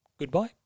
Goodbye